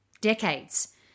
decades